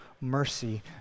mercy